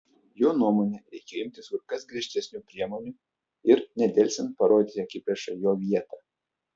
jo nuomone reikėjo imtis kur kas griežtesnių priemonių ir nedelsiant parodyti akiplėšai jo vietą